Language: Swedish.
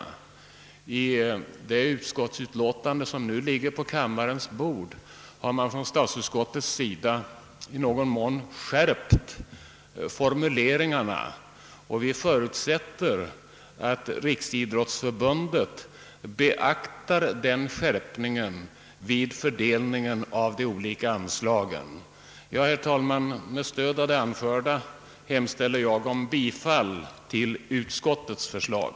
I det utskottsutlåtande som nu ligger på kammarens bord har statsutskottet i någon mån skärpt formuleringarna, och vi förutsätter att Riksidrottsförbundet beaktar den skärpningen vid fördelningen av de olika anslagen. Herr talman! Med stöd av det anförda hemställer jag om bifall till utskottets förslag.